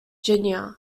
guinea